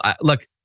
look